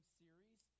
series